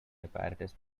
apparatus